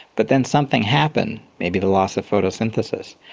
but then something happened, maybe the loss of photosynthesis,